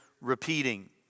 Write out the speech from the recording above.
repeating